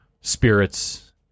spirits